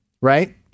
right